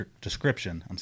description